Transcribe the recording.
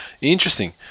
interesting